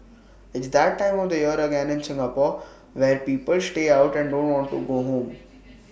it's that time of the year again in Singapore where people stay out and don't want to go home